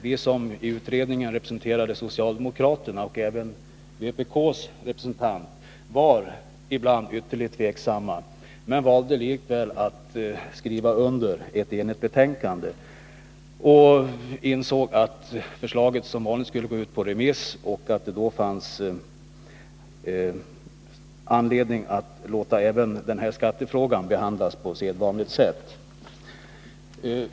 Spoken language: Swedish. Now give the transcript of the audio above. Vi som i utredningen representerade socialdemokraterna, och det gäller även vpk:s representant, var ibland ytterligt tveksamma. Vi valde likväl att skriva under ett enigt betänkande. Vi insåg att förslaget som vanligt skulle gå ut på remiss och att det då fanns anledning att låta även skattefrågan behandlas på sedvanligt sätt.